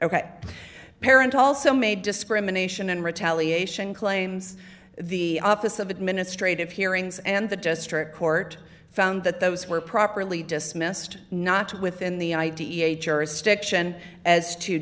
ok parent also made discrimination and retaliation claims the office of administrative hearings and the district court found that those were properly dismissed not within the i d e a jurisdiction as to